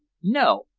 no.